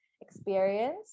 experience